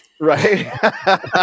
Right